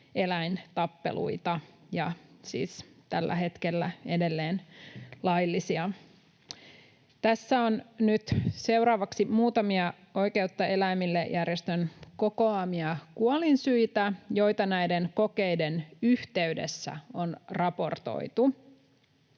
eläintappeluita ja siis tällä hetkellä edelleen laillisia. Tässä on nyt seuraavaksi muutamia Oikeutta eläimille ‑järjestön kokoamia kuolinsyitä, joita näiden kokeiden yhteydessä on raportoitu: